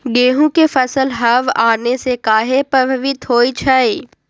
गेंहू के फसल हव आने से काहे पभवित होई छई?